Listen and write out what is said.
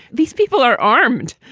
these people are armed,